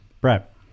Brett